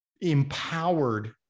empowered